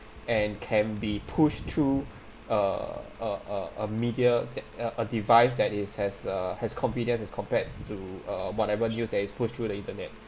and can be pushed through uh uh uh a media that a device that is has a has convenience as compared to uh whatever news that is pushed through the internet